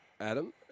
Adam